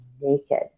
naked